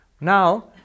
Now